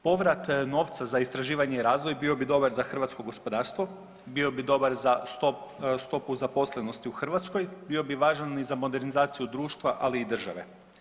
Povrat novaca za istraživanje i razvoj bio bi dobar za hrvatsko gospodarstvo, bio bi dobar za stopu zaposlenosti u Hrvatskoj, bio bi važan i za modernizaciju društva ali i države.